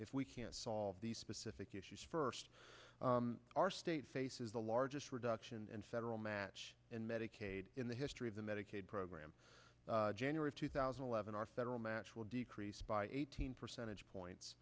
if we can't solve these specific issues first our state faces the largest reduction in federal match in medicaid in the history of the medicaid program january of two thousand and eleven our federal match will decrease by eighteen percentage points